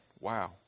Wow